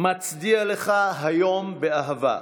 מצדיע לך היום באהבה,